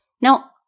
Now